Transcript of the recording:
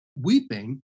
weeping